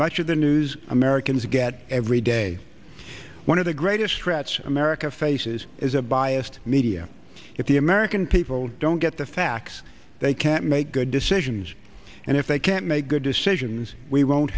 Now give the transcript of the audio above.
much of the news americans get every day one of the greatest threats america faces is a biased media if the american people don't get the facts they can't make good decisions and if they can't make good decisions we won't